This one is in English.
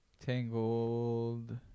Tangled